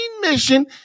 mission